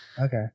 Okay